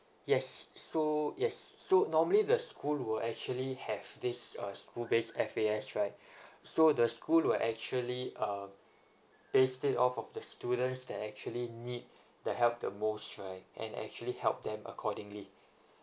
yes so yes so normally the school will actually have this uh school based F_A_S right so the school will actually um base it off of the students that actually need the help the most right and actually help them accordingly